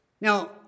Now